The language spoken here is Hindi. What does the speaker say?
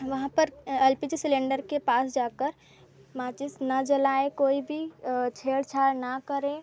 वहाँ पर एल पी जी सिलेंडर के पास जाकर माचिस ना जलाऍं कोई भी छेड़छाड़ ना करें